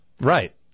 Right